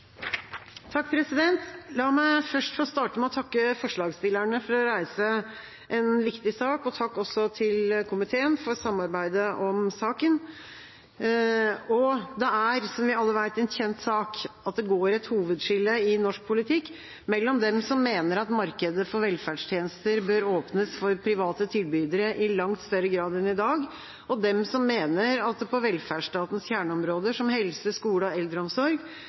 takk også til komiteen for samarbeidet om saken. Det er, som vi alle vet, en kjent sak at det går et hovedskille i norsk politikk mellom dem som mener at markedet for velferdstjenester bør åpnes for private tilbydere i langt større grad enn i dag, og dem som mener at det på velferdsstatens kjerneområder, som helse, skole og eldreomsorg,